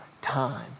time